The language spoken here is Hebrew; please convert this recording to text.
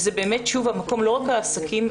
לא רק העסקים,